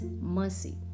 mercy